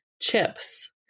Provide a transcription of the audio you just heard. chips